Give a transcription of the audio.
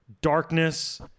darkness